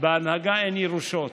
בהנהגה אין ירושות,